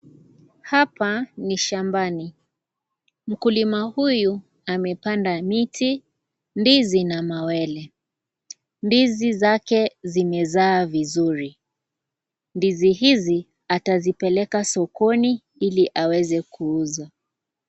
Hapa ni shambani. Mkulima huyu, amepanda miti, ndizi na mawere. Ndizi zake zimezaa vizuri. Ndizi hizi atazipeleka sokoni ili aweze kuuza.